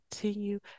continue